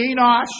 Enosh